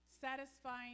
satisfying